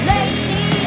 Lady